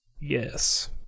yes